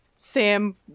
Sam